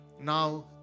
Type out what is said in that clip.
now